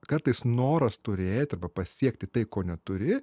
kartais noras turėti arba pasiekti tai ko neturi